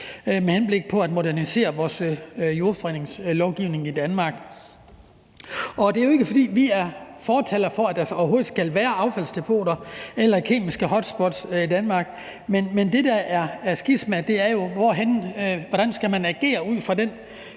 med henblik på at modernisere vores jordforureningslovgivning i Danmark. Det er jo ikke, fordi vi er fortalere for, at der overhovedet skal være affaldsdepoter eller kemiske hotspots i Danmark, men det, der er skismaet, er jo, hvordan man skal agere ud fra den